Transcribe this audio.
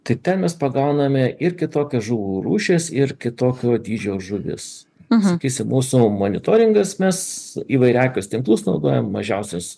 tai ten mes pagauname ir kitokias žuvų rūšis ir kitokio dydžio žuvis sakysim mūsų monitoringas mes tinklus naudojam mažiausias